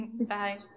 bye